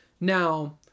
Now